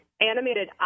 animated